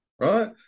Right